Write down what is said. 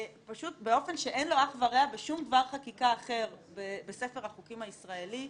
באופן שאין לו אח ורע בשום דבר חקיקה אחר בספר החוקים הישראלי,